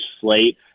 slate